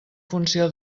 funció